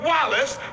Wallace